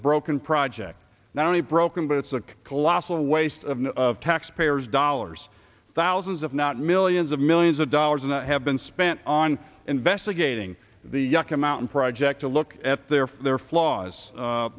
broken project not only broken but it's a colossal waste of taxpayers dollars thousands if not millions of millions of dollars and have been spent on investigating the yucca mountain project to look at their their flaws